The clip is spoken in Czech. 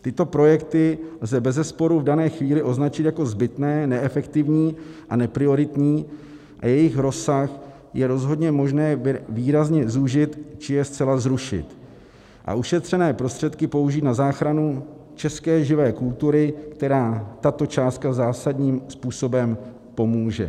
Tyto projekty lze bezesporu v dané chvíli označit jako zbytné, neefektivní a neprioritní a jejich rozsah je rozhodně možné výrazně zúžit, či je zcela zrušit a ušetřené prostředky použít na záchranu české živé kultury, které tato částka zásadním způsobem pomůže.